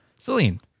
Celine